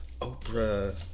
Oprah